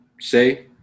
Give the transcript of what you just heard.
say